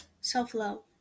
self-love